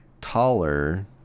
taller